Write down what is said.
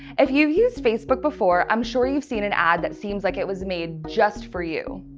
if you've used facebook before, i'm sure you've seen an ad that seems like it was made just for you.